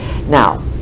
Now